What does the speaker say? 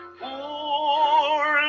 poor